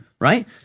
right